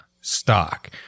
stock